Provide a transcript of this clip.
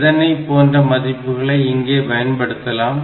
எதனைப் போன்ற மதிப்புகளை இங்கே பயன்படுத்தலாம்